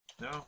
no